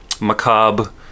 macabre